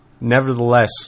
nevertheless